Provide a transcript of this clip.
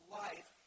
life